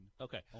Okay